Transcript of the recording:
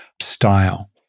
style